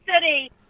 City